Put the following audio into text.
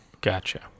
gotcha